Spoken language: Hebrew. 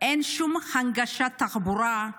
אין שום הנגשת תחבורה,